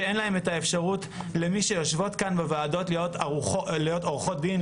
שאין להן את האפשרות - למי שיושבות כאן בוועדות - להיות עורכות דין,